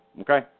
okay